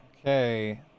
Okay